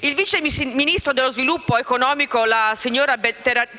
Il Vice Ministro dello sviluppo economico, la signora